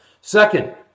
Second